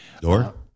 door